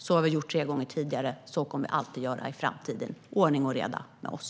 Det har vi gjort tre gånger tidigare, och det kommer vi alltid att göra i framtiden - ordning och reda med oss.